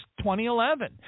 2011